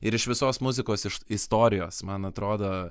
ir iš visos muzikos iš istorijos man atrodo